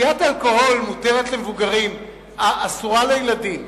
שתיית אלכוהול מותרת למבוגרים ואסורה לילדים.